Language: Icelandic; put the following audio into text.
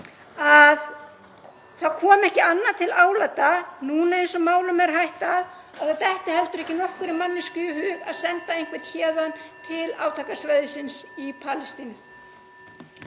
að það komi ekki annað til álita núna, eins og málum er háttað, að það detti ekki nokkrum manni í hug að senda einhvern héðan til átakasvæðisins í Palestínu.